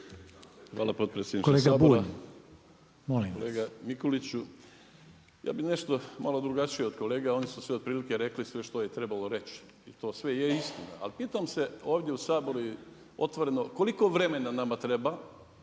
…/Upadica Reiner: Kolega Bulj, molim vas!/… Kolega Mikuliću, ja bih nešto malo drugačije od kolega. Oni su svi otprilike rekli sve što je trebalo reći i to sve je istina, ali pitam se ovdje u Saboru je otvoreno koliko vremena nama treba